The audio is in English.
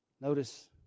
Notice